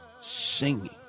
singing